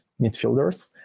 midfielders